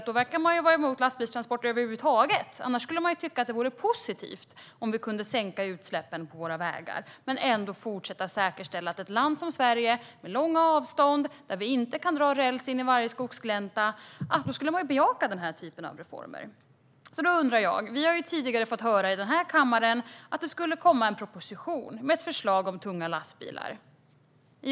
Då verkar man ju vara emot lastbilstransporter över huvud taget - annars skulle man väl tycka att det var positivt om vi kunde minska utsläppen på våra vägar. I ett land som Sverige - ett land med långa avstånd, där vi inte kan dra räls in i varje skogsglänta - borde man bejaka denna typ av reformer. Vi har tidigare fått höra i den här kammaren att det skulle komma en proposition med ett förslag om tunga lastbilar.